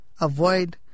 avoid